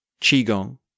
qigong